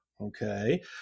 okay